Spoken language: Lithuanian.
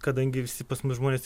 kadangi visi pas mus žmonės